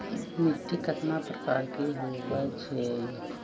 मिट्टी कतना प्रकार के होवैछे?